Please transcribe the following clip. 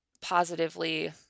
positively